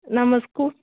நம்ம ஸ்கூல்